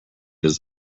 his